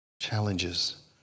challenges